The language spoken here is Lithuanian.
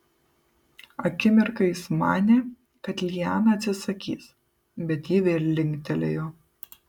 akimirką jis manė kad liana atsisakys bet ji vėl linktelėjo